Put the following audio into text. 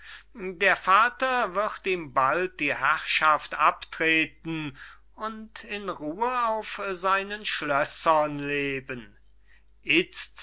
der vater wird ihm bald die herrschaft abtreten und in ruhe auf seinen schlössern leben itzt